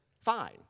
fine